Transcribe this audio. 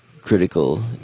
critical